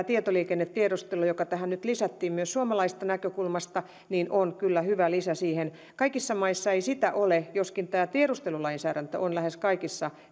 tietoliikennetiedustelu joka tähän nyt lisättiin suomalaisesta näkökulmasta on kyllä hyvä lisä siihen kaikissa maissa ei sitä ole joskin tiedustelulainsäädäntö on lähes kaikissa